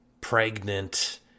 Pregnant